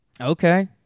Okay